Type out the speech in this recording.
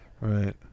Right